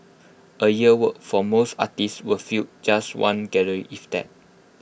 A year's work for most artists would fill just one gallery if that